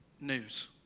news